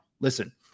listen